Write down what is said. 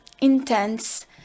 intense